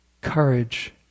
courage